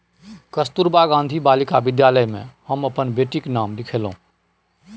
कस्तूरबा गांधी बालिका विद्यालय मे हम अपन बेटीक नाम लिखेलहुँ